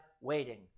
waiting